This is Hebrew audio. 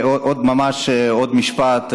ממש עוד משפט,